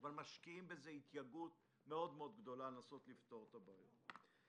אבל משקיעים בזה התייגעות מאוד מאוד גדולה בניסיון לפתור את הבעיות.